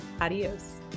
Adios